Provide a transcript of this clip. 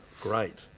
great